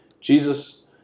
Jesus